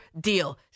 deal